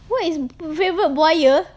what is favourite buaya